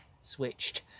switched